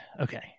Okay